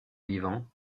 vivant